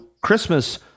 Christmas